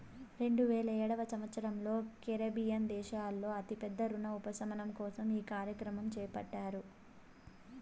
రెండువేల ఏడవ సంవచ్చరంలో కరేబియన్ దేశాల్లో అతి పెద్ద రుణ ఉపశమనం కోసం ఈ కార్యక్రమం చేపట్టారు